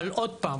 אבל שוב,